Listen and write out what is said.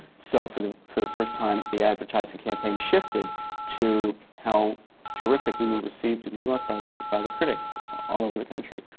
so for the for the first time, the advertising campaign shifted to how terrific we were received in new york by the by the critics all over the country.